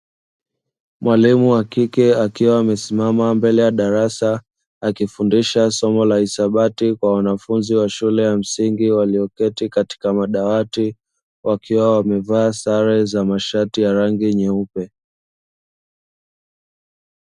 Mwalimu wa kike akiwa amesimama mbele ya darasa akifundisha somo la hisabati kwa wanafunzi wa shule ya msingi, walioketi katika madawati wakiwa wamevaa sare za mashati ya rangi nyeupe.